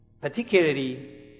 particularly